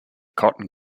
cotton